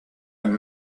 and